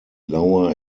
lower